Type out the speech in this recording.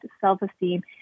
self-esteem